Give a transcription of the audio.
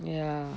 ya